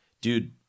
Dude